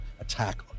attack